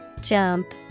Jump